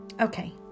Okay